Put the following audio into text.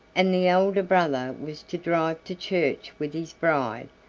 and the elder brother was to drive to church with his bride,